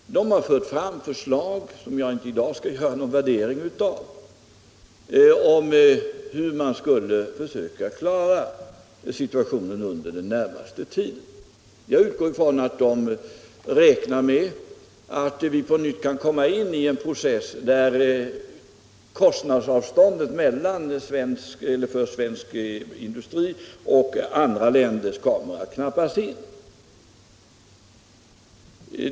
Man har fört fram förslag, som jag i dag inte skall göra någon värdering av, för att försöka klara situationen under den närmaste tiden. Jag utgår ifrån att man räknar med att vi på nytt kan komma in i en process som gör att kostnadsavståndet mellan svensk industri och andra länders kommer att knappas in.